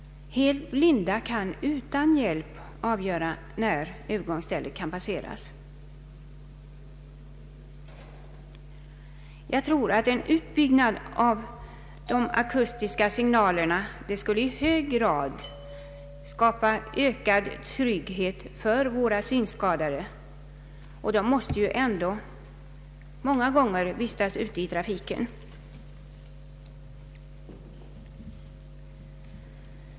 Helt blinda kan utan hjälp avgöra när Övergångsstället kan passe ras. En utbyggnad av de akustiska signalerna skulle i hög grad skapa ökad trygghet för de synskadade, vilka ju ändå många gånger måste vistas ute i trafiken.